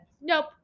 nope